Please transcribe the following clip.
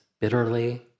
bitterly